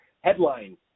Headline